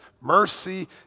mercy